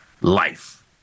life